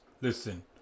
Listen